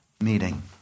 meeting